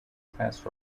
test